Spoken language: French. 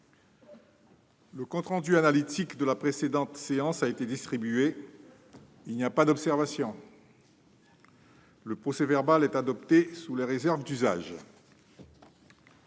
Le compte rendu analytique de la précédente séance a été distribué. Il n'y a pas d'observation ?... Le procès-verbal est adopté sous les réserves d'usage.